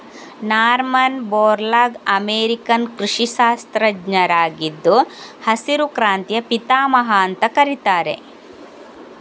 Norman Borlaug American ಕೃಷಿ ಶಾಸ್ತ್ರಜ್ಞರಾಗಿದ್ದು ಹಸಿರು ಕ್ರಾಂತಿಯ ಪಿತಾಮಹ ಅಂತ ಕರೀತಾರೆ